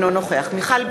אינו נוכח יעקב אשר,